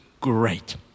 great